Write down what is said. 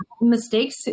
mistakes